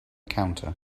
counter